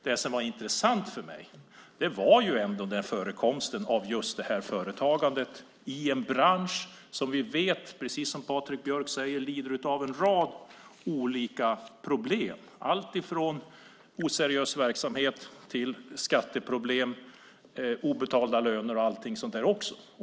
Det som var intressant för mig var förekomsten av just detta företagande i en bransch som vi vet, precis som Patrik Björck sade, lider av en rad olika problem, allt från oseriös verksamhet till skatteproblem och obetalda löner.